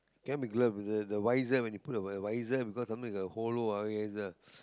cannot be gloves is it the visor when you put the visor cause something is hollow ah visor